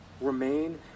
remain